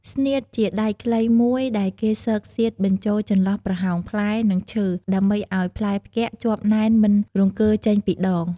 ស្នៀត ជាដែកខ្លីមួយដែលគេស៊កសៀតបញ្ចូលចន្លោះប្រហោងផ្លែ និងឈើ ដើម្បីឲ្យផ្លែផ្គាក់ជាប់ណែនមិនរង្គើចេញពីដង ។